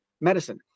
medicine